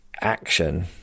action